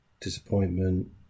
disappointment